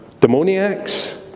demoniacs